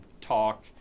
talk